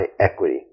equity